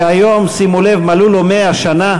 שהיום, שימו לב, מלאו לו 100 שנה.